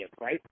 right